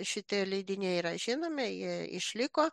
šitie leidiniai yra žinomi jie išliko